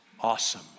awesome